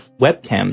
webcams